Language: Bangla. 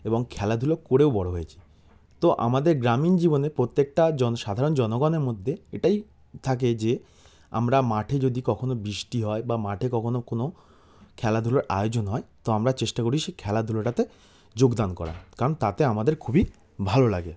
এবং খেলাধুলো করেও বড় হয়েছি তো আমাদের গ্রামীণ জীবনে প্রত্যেকটা জন সাধারণ জনগণের মধ্যে এটাই থাকে যে আমরা মাঠে যদি কখনও বৃষ্টি হয় বা মাঠে কখনও কোনো খেলাধুলোর আয়োজন হয় তো আমরা চেষ্টা করি সেই খেলাধুলোটাতে যোগদান করার কারণ তাতে আমাদের খুবই ভালো লাগে